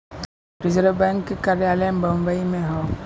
reserve bank के कार्यालय बम्बई में हौ